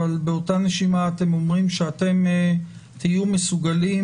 אבל באותה נשימה אתם אומרים שאתם תהיו מסוגלים